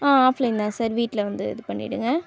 ஆ offline தான் sir வீட்டில் வந்து இது பண்ணிடுங்க